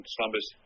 Slumbers